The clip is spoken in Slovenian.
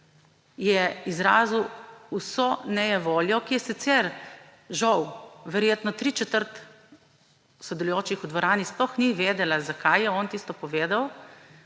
je izrazil vso nejevoljo, sicer žal verjetno tri četrt sodelujočih v dvorani sploh ni vedelo, zakaj je on tisto povedal,